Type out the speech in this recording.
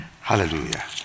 Hallelujah